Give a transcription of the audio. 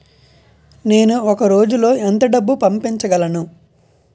నేను ఒక రోజులో ఎంత డబ్బు పంపించగలను?